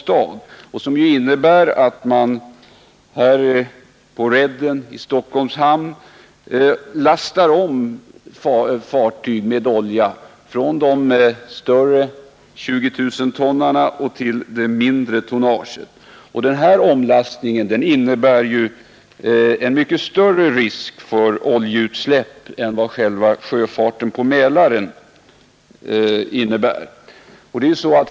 Detta betyder att man på redden i Stockholms hamn lastar om olja från 20 000-tonnarna till det mindre tonnaget, och den omlastningen innebär ju en mycket större risk för oljeutsläpp än själva sjöfarten på Mälaren.